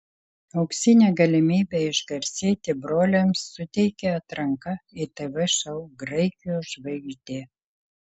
auksinę galimybę išgarsėti broliams suteikia atranka į tv šou graikijos žvaigždė